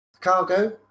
cargo